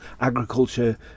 Agriculture